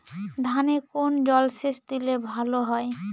ধানে কোন জলসেচ দিলে ভাল হয়?